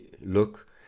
look